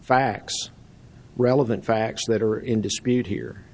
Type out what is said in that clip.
facts relevant facts that are in dispute here